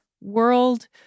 world